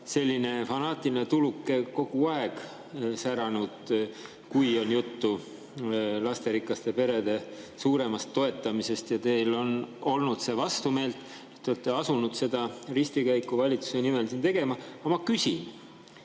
selline fanaatiline tuluke kogu aeg säranud, kui on juttu lasterikaste perede suuremast toetamisest. Teile on olnud see vastumeelt ja te olete asunud seda ristikäiku valitsuse nimel siin tegema. Aga ma küsin: